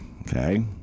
Okay